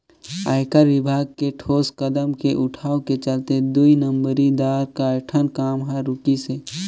आयकर विभाग के ठोस कदम के उठाव के चलते दुई नंबरी दार कयोठन काम हर रूकिसे